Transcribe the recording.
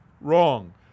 wrong